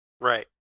Right